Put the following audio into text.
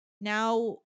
Now